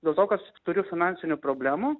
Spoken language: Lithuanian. dėl to kas turiu finansinių problemų